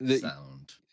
Sound